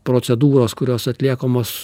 procedūros kurios atliekamos